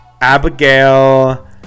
Abigail